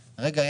רגע,